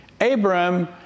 Abram